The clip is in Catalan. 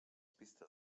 pistes